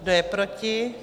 Kdo je proti?